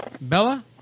Bella